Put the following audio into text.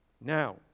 Now